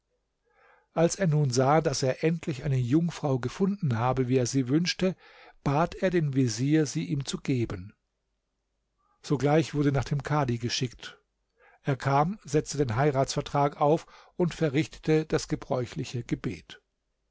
als er nun sah daß er endlich eine jungfrau gefunden habe wie er sie wünschte bat er den vezier sie ihm zu geben sogleich wurde nach dem kadhi geschickt er kam setzte den heiratsvertrag auf und verrichtete das gebräuchliche gebet